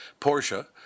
Porsche